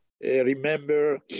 remember